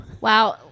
Wow